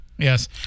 Yes